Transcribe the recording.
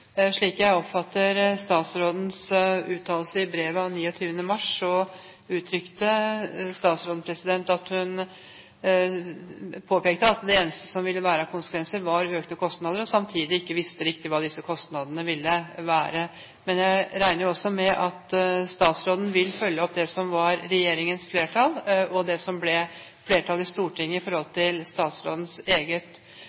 Slik jeg oppfatter statsrådens uttalelse i brev av 29. mars, påpekte hun at det eneste som ville være av konsekvenser, var økte kostnader, og samtidig visste hun ikke riktig hva disse kostnadene ville være. Men jeg regner også med at statsråden vil følge opp det som var regjeringens flertall, og det som ble flertallet i Stortinget